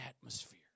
atmosphere